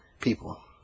People